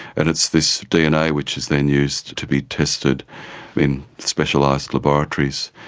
and it's this dna which is then used to be tested in specialised laboratories.